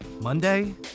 Monday